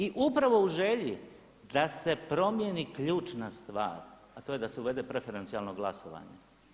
I upravo u želji da se promijeni ključna stvar a to je da se uvede preferencijalno glasovanje.